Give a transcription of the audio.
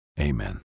amen